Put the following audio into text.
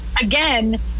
again